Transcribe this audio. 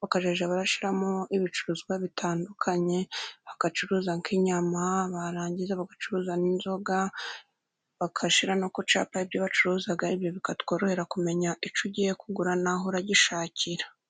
bakazajya, abashiramo ibicuruzwa bitandukanye, bagacuruza k'inyama, barangiza bagacuruza n'inzoga, bagashira no kucapa ibyo bacuruza, ibyo bikatworohera kumenya, icyo ugiye kugura, naho uragishakira.